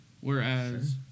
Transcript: whereas